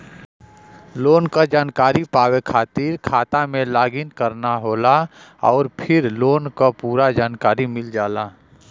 loan क जानकारी पावे खातिर खाता में लॉग इन करना होला आउर फिर लोन क पूरा जानकारी मिल जाला